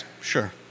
Sure